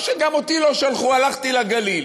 גם אותי לא שלחו, הלכתי לגליל.